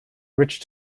rich